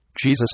Jesus